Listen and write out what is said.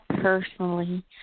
personally